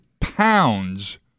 pounds